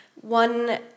One